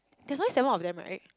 that's only seven of them right